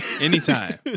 Anytime